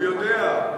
הוא יודע.